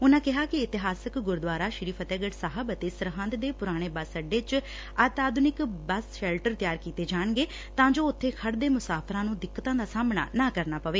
ਉਨ੍ਹਾ ਕਿਹਾ ਕਿ ਇਤਿਹਾਸਕ ਗੁਰਦੁਆਰਾ ਸ਼੍ਰੀ ਫਤਹਿਗੜ੍ਹ ਸਾਹਿਬ ਅਤੇ ਸਰਹਿੰਦ ਦੇ ਪੁਰਾਣੇ ਬੱਸ ਅੱਡੇ ਚ ਵੀ ਅਤਿ ਆਧੁਨਿਕ ਬੱਸ ਸ਼ੈਲਟਰ ਤਿਆਰ ਕੀਤੇ ਜਾਣਗੇ ਤਾ ਜੋ ਉੱਬੇ ਖੜੂਦੇ ਮੁਸਾਫਰਾਂ ਨੂੰ ਦਿੱਕਤਾਂ ਦਾ ਸਾਹਮਣਾ ਨਾ ਕਰਨਾ ਪਵੇ